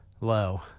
low